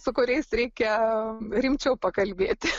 su kuriais reikia rimčiau pakalbėti